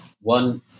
one